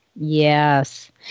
Yes